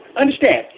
understand